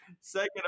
Second